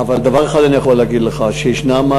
אבל דבר אחד אני יכול לומר לך: יש מאסרים,